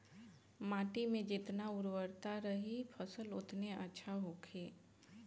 माटी में जेतना उर्वरता रही फसल ओतने अच्छा होखी